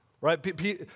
right